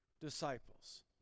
disciples